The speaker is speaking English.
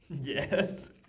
Yes